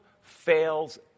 fails